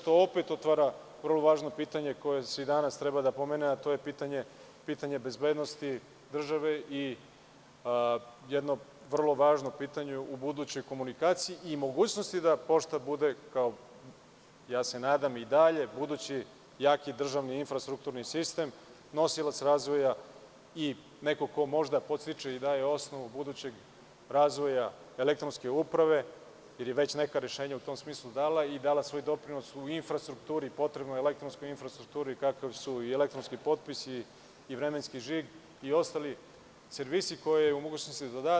To opet otvara vrlo važno pitanje koje i danas treba da se pomene, a to je pitanje bezbednosti države i jedno vrlo važno pitanje u budućoj komunikaciji i mogućnosti da pošta bude i dalje, ja se nadam, budući, jaki državni infrastrukturni sistem, nosilac razvoja i neko ko možda podstiče i daje osnovu budućeg razvoja elektronske uprave, jer je već neka rešenja u tom smislu dala i dala svoj doprinos u infrastrukturi, potrebnoj elektronskoj infrastrukturi, kao što su elektronski potpisi i vremenski žig i ostali servisi koje je u mogućnosti da da.